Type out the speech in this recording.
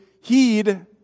heed